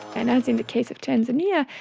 and as in the case of tanzania,